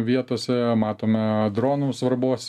vietose matome dronų svarbos